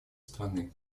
страны